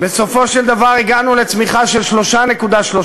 בסופו של דבר הגענו לצמיחה של 3.3%,